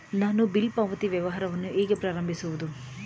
ನಾನು ಬಿಲ್ ಪಾವತಿ ವ್ಯವಹಾರವನ್ನು ಹೇಗೆ ಪ್ರಾರಂಭಿಸುವುದು?